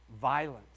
violence